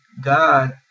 God